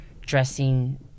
dressing